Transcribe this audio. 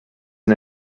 and